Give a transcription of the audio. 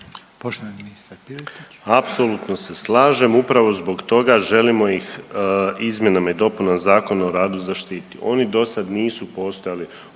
Poštovani ministar Piletić.